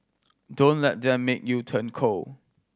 don't let them make you turn cold